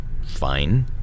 fine